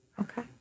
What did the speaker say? Okay